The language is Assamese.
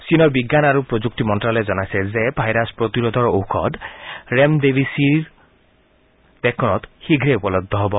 চীনৰ বিজ্ঞান আৰু প্ৰযুক্তি মন্ত্যালয়ে জনাইছে যে ভাইৰাছ প্ৰতিৰোধক ঔষধ ৰেমডেছিৱি দেশখনত শীঘ্ৰেই উপলব্ধ হ'ব